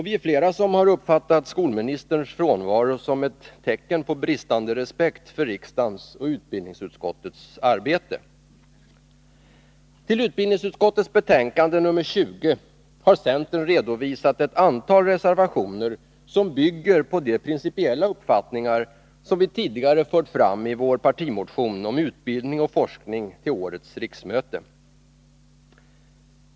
Vi är flera som har uppfattat skolministerns frånvaro som ett tecken på bristande respekt för riksdagens och utbildningsutskottets arbete. Till utbildningsutskottets betänkande nr 20 har centern fogat ett antal reservationer, som bygger på de principiella uppfattningar vi tidigare fört fram i vår partimotion om utbildning och forskning till årets riksmöte.